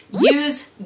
use